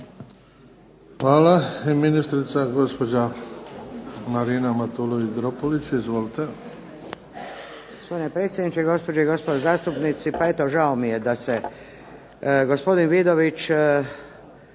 Hvala. I ministrica gospođa Marina Matulović Dropulić. Izvolite.